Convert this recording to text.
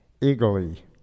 Eagerly